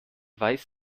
weiß